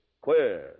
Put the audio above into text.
queer